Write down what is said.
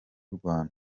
rwanda